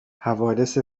حوادث